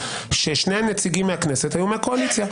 ששני נציגים מהכנסת היו מהקואליציה,